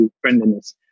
friendliness